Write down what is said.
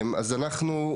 אז אנחנו,